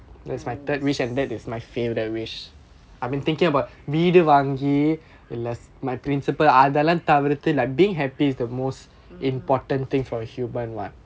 mmhmm